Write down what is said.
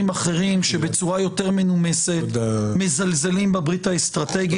אחרים שבצורה יותר מנומסת מזלזלים בברית האסטרטגית.